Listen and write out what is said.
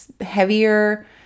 heavier